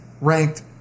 ranked